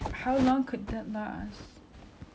and how long could this um virus itself